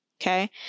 Okay